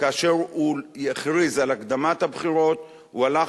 כאשר הוא הכריז על הקדמת הבחירות הוא הלך